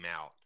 out